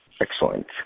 Excellent